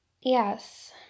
Yes